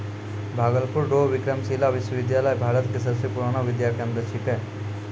भागलपुर रो विक्रमशिला विश्वविद्यालय भारत के सबसे पुरानो विद्या केंद्र छिकै